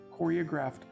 choreographed